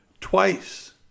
Twice